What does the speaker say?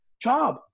job